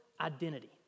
identity